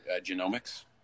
genomics